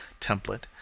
template